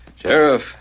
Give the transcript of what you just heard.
Sheriff